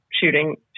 shooting